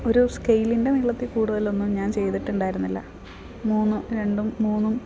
ഒരു സ്കെയിലിൻ്റെ നീളത്തിൽ കൂടുതലൊന്നും ഞാൻ ചെയ്തിട്ടുണ്ടായിരുന്നില്ല മൂന്ന് രണ്ടും മൂന്നും